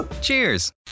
Cheers